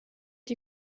die